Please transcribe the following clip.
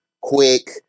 quick